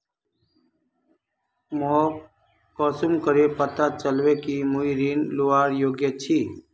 मोक कुंसम करे पता चलबे कि मुई ऋण लुबार योग्य छी?